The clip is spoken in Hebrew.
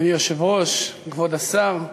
אדוני היושב-ראש, כבוד השר,